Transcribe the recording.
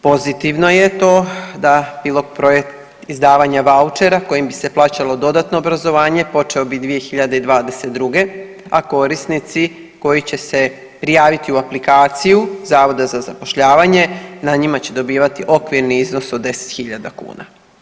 Pozitivno je to da pilot projekt izdavanja vaučera kojim bi se plaćalo dodatno obrazovanje počeo bi 2022., a korisnici koji će se prijaviti u aplikaciju Zavoda za zapošljavanje, na njima će dobivati okvirni iznos od 10.000 kuna.